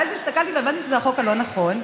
ואז הסתכלתי והבנתי שזה החוק הלא-נכון.